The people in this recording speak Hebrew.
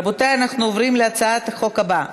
רבותי, אנחנו עוברים להצעת החוק הבאה: